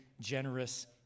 generous